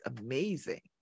amazing